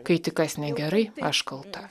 kai tik kas negerai aš kalta